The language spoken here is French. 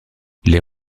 les